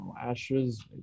ashes